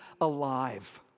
alive